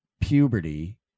puberty